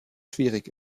schwierig